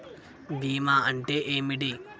బీమా అంటే ఏమిటి?